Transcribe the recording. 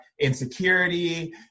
insecurity